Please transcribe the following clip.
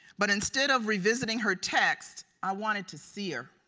but instead of revisiting her text i wanted to see her.